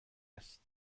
است